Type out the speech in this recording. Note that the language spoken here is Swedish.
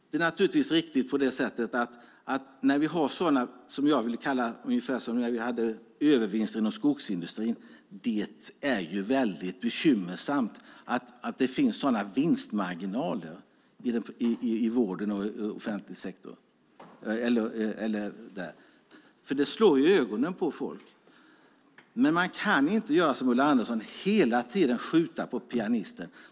Det är naturligtvis riktigt att det, ungefär som när vi hade övervinster inom skogsindustrin, är mycket bekymmersamt med de vinstmarginaler som finns i vården. Sådant sticker i ögonen på folk. Men man kan inte, som Ulla Andersson gör, hela tiden skjuta på pianisten.